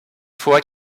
fois